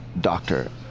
doctor